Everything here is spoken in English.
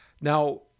Now